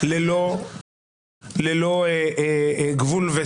למה אתה קורא אותו